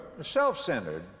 self-centered